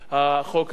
החוק הזה הוא